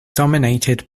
dominated